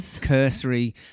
cursory